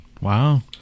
Wow